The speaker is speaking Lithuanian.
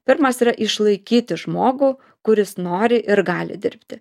pirmas yra išlaikyti žmogų kuris nori ir gali dirbti